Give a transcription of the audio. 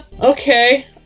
Okay